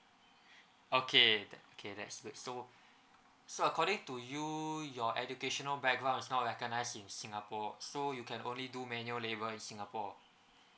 okay okay that's good so so according to you your educational background is not recognise in singapore so you can only do manual labour in singapore